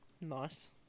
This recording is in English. Nice